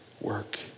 work